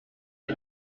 liv